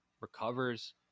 recovers